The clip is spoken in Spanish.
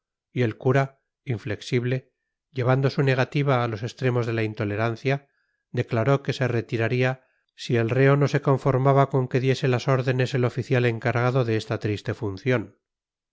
y el cura inflexible llevando su negativa a los extremos de la intolerancia declaró que se retiraría si el reo no se conformaba con que diese las órdenes el oficial encargado de esta triste función